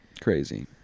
Crazy